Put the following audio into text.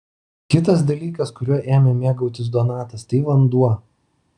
kitas dalykas kuriuo ėmė mėgautis donatas tai vanduo